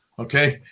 Okay